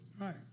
Right